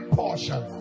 portion